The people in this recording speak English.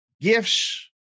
gifts